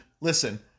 listen